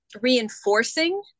reinforcing